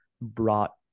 brought